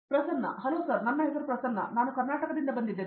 Prasanna hello sir ನನ್ನ ಹೆಸರು ಪ್ರಸನ್ನ ನಾನು ಕರ್ನಾಟಕದಿಂದ ಬಂದಿದ್ದೇನೆ